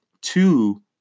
two